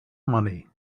money